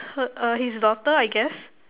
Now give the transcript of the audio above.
her err his daughter I guess